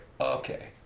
Okay